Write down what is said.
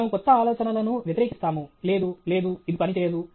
మనము కొత్త ఆలోచనలను వ్యతిరేకిస్తాము లేదు లేదు ఇది పనిచేయదు